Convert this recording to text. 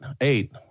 eight